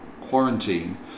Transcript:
quarantine